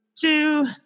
Two